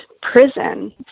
prison